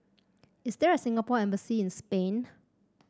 is there a Singapore Embassy in Spain